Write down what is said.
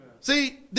See